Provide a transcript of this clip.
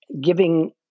giving